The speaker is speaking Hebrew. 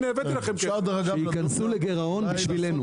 שייכנסו לגירעון בשבילנו.